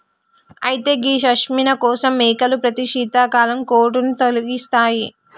అయితే గీ పష్మిన కోసం మేకలు ప్రతి శీతాకాలం కోటును తొలగిస్తాయి